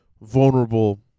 vulnerable